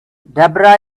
debra